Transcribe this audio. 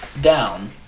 down –